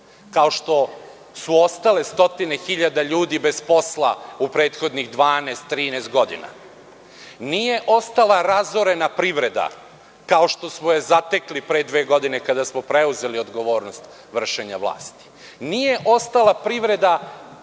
kao što su ostale stotine hiljada ljudi bez posla u prethodnih 12, 13 godina, nije ostala razorena privreda kao što smo je zatekli pre dve godine, kada smo preduzeli odgovornost vršenja vlasti, nije ostala privreda